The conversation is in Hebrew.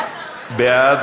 בעד.